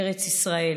ארץ ישראל.